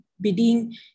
bidding